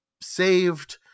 saved